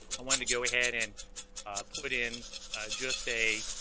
i wanted to go ahead and put it in just a